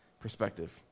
perspective